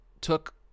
took